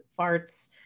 farts